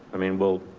i mean, we'll,